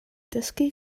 dysgu